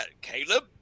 Caleb